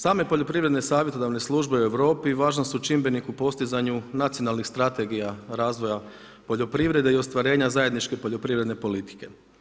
Same poljoprivredne savjetodavne službe u Europi važan su čimbenik u postizanju nacionalnih strategija razvoja poljoprivrede i ostvarenja zajedničke poljoprivredne politike.